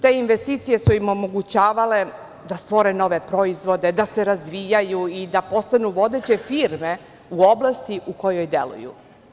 Te investicije su im omogućavale da stvore nove proizvode, da se razvijaju i da postanu vodeće firme u oblasti u kojoj deluju.